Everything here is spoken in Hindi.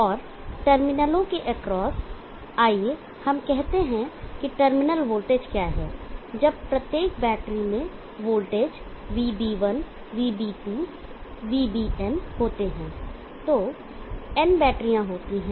और टर्मिनलों के एक्रॉस आइए हम कहते हैं कि टर्मिनल वोल्टेज क्या है जब प्रत्येक बैटरी में वोल्टेज VB1 VB2 VBn होते हैं तो n बैटरियां होती हैं